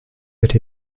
but